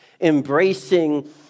embracing